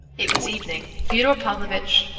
it was evening. fyodor pavlovitch,